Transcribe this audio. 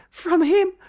from him!